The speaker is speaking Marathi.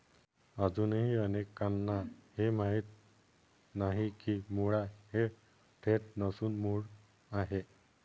आजही अनेकांना हे माहीत नाही की मुळा ही देठ नसून मूळ आहे